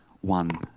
one